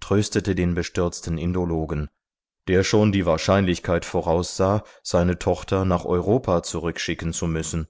tröstete den bestürzten indologen der schon die wahrscheinlichkeit voraussah seine tochter nach europa zurückschicken zu müssen